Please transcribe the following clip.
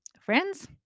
friends